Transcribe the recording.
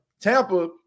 Tampa